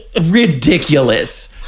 ridiculous